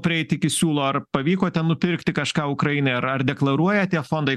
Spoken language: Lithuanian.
prieit iki siūlo ar pavyko ten nupirkti kažką ukrainai ar ar deklaruoja tie fondai